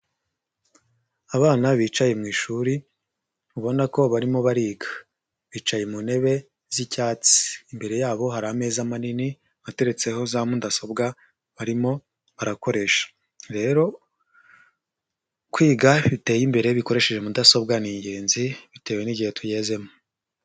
Abana bicaye mu ishuri , ubona ko barimo bariga bicaye mu ntebe z'icyatsi , imbere yabo hari ameza manini ateretseho za mudasobwa, barimo barakoresha , rero kwiga biteye imbere bikoresheje mudasobwa ni ingenzi ,bitewe n'igihe tugezemo.